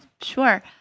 Sure